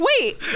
wait